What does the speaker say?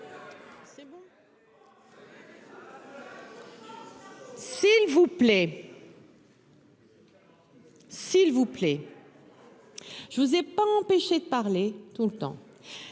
S'il vous plaît. Je vous ai pas empêché de parler tout le temps.